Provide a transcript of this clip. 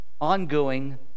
ongoing